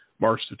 March